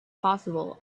possible